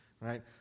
right